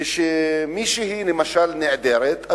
כשמישהי נעדרת,